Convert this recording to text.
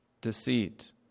deceit